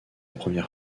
première